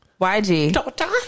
YG